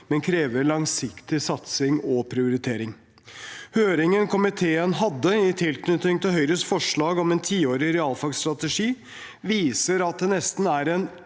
men krever langsiktig satsing og prioritering. Høringen komiteen hadde i tilknytning til Høyres forslag om en tiårig realfagsstrategi, viser at det nesten er en